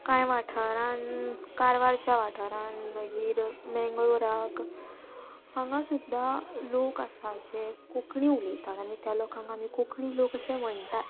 कांय वाठारांत कारवारच्या वाठारान मागीर मेंगळोराक हांगा सुद्दां लोक आसा जे कोंकणी उलयतात आनी त्या लोकांक आमी कोंकणी लोक अशे म्हणटात